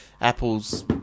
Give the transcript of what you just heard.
Apple's